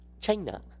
China